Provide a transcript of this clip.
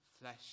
flesh